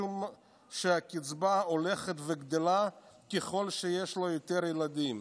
משום שהקצבה הולכת וגדלה ככל שיש לו יותר ילדים.